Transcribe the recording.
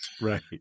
Right